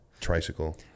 Tricycle